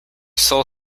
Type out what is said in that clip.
sole